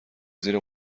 زیر